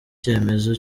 icyemezo